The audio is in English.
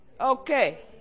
Okay